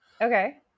Okay